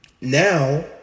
now